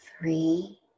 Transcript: three